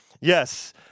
Yes